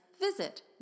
visit